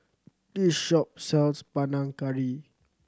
this shop sells Panang Curry